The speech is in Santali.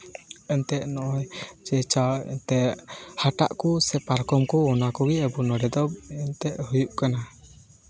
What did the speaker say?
ᱮᱱᱛᱮᱫ ᱱᱚᱜᱼᱚᱸᱭ ᱡᱮ ᱪᱟ ᱮᱱᱛᱮᱫ ᱦᱟᱴᱟᱜ ᱠᱚ ᱥᱮ ᱯᱟᱨᱠᱚᱢ ᱠᱚ ᱚᱱᱟ ᱠᱚᱜᱮ ᱟᱵᱚ ᱱᱚᱰᱮ ᱫᱚ ᱮᱱᱛᱮᱫ ᱦᱩᱭᱩᱜ ᱠᱟᱱᱟ